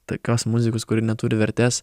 tokios muzikos kuri neturi vertės